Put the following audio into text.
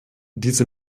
diese